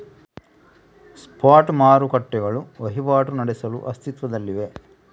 spot ಮಾರುಕಟ್ಟೆಗಳು ವಹಿವಾಟು ನಡೆಸಲು ಅಸ್ತಿತ್ವದಲ್ಲಿವೆ